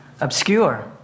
obscure